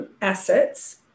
assets